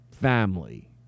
family